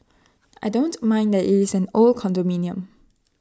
I don't mind that IT is an old condominium